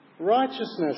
righteousness